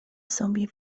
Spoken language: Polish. sobie